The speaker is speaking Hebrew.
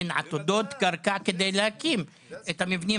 אין עתודות קרקע כדי להקים את המבנים